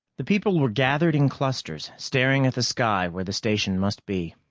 the people were gathered in clusters, staring at the sky where the station must be.